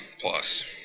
plus